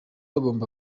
agomba